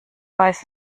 weiß